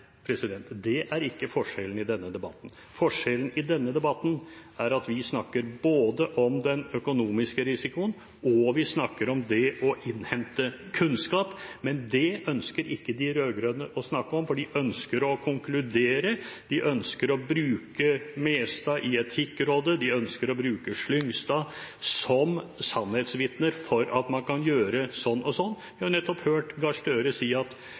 denne debatten. Forskjellen i denne debatten er at vi snakker om både den økonomiske risikoen og det å innhente kunnskap. Men det ønsker ikke de rød-grønne å snakke om, for de ønsker å konkludere. De ønsker å bruke Mestad i Etikkrådet og Slyngstad som sannhetsvitner for at man kan gjøre sånn og sånn. Vi har nettopp hørt Gahr Støre si at NBIM bare operasjonaliserer og jobber med disse tingene. De kan ikke gi oss disse rådene. Vi må få uavhengige råd, slik at